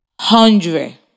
hundred